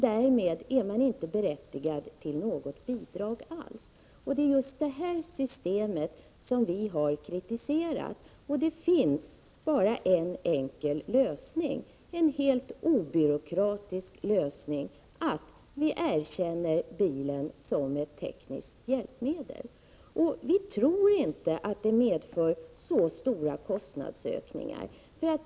Därmed är man inte längre berättigad till något bidrag alls. Det är just detta system som vi har kritiserat. Det finns bara en enkel obyråkratisk lösning: att vi erkänner bilen som ett tekniskt hjälpmedel. Vi tror inte att detta medför så stora kostnadsökningar.